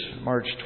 March